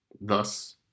thus